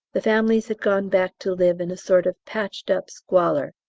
the families had gone back to live in a sort of patched-up squalor,